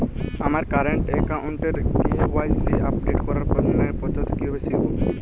আমার কারেন্ট অ্যাকাউন্টের KYC update করার অনলাইন পদ্ধতি কীভাবে শিখব?